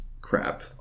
crap